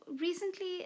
recently